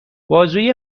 بازوی